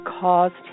caused